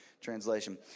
translation